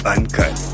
Uncut